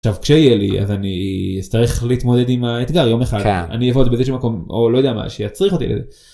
עכשיו, כשיהיה לי אז אני צריך להתמודד עם האתגר יום אחר אני אעבוד באיזשהו מקום או לא יודע מה שיצריך אותי לזה